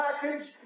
package